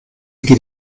geht